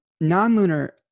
non-lunar